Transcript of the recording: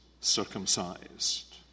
circumcised